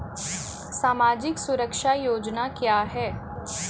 सामाजिक सुरक्षा योजना क्या है?